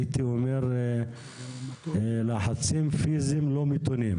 הייתי אומר לחצים פיזיים לא מתונים,